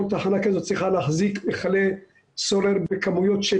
כל תחנה כזאת צריכה להחזיק מכלי סולר בכמויות של